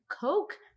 Coke